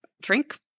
drink